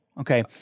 okay